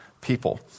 people